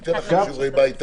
נצטרך לתת לכם לעשות שיעורי בית.